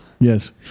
yes